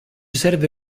serve